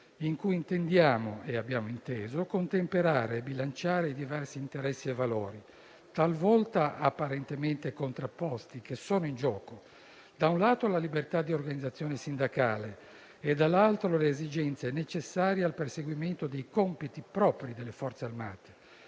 in cui abbiamo inteso contemperare e bilanciare i diversi interessi e valori, talvolta apparentemente contrapposti, che sono in gioco: da un lato, la libertà di organizzazione sindacale e, dall'altro, le esigenze necessarie al perseguimento dei compiti propri delle Forze armate,